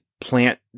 plant